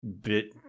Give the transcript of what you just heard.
bit